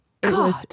God